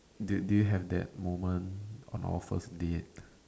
do do you have that moment on our first date